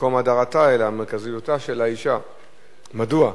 במקום הדרתה, מרכזיותה של האשה, מדוע,